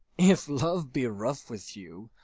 if love be rough with you,